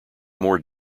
more